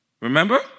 Remember